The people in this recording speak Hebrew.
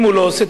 אם הוא לא עושה,